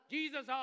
Jesus